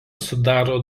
sudaro